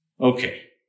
Okay